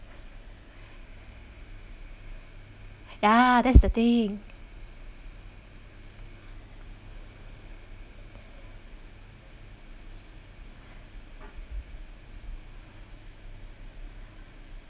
ya that's the thing